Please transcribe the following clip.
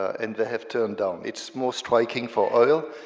and they have turned down. it's more striking for oil,